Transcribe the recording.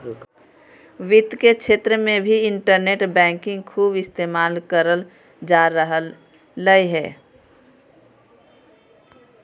वित्त के क्षेत्र मे भी इन्टरनेट बैंकिंग खूब इस्तेमाल करल जा रहलय हें